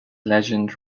legend